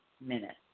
minutes